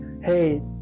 hey